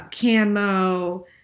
camo